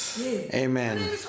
Amen